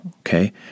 Okay